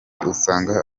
usanga